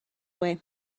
way